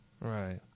Right